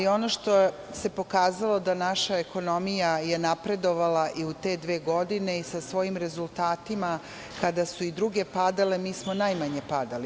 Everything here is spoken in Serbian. Ono što se pokazalo je da je naša ekonomija napredovala i u te dve godine i sa svojim rezultatima, kada su i druge padale mi smo najmanje padali.